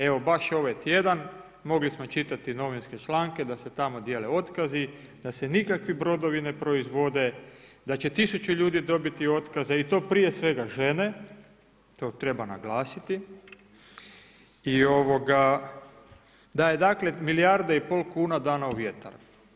Evo baš ovaj tjedan mogli smo čitati novinske članke da se tamo dijele otkazi, da se nikakvi bodovi ne proizvode, da će tisuću ljudi dobiti otkaze i to prije svega žene, to treba naglasiti, da je milijarda i pol kuna dana u vjetar.